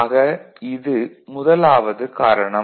ஆக இது முதலாவது காரணம்